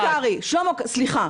שלמה קרעי, שלמה קרעי, סליחה,